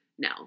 No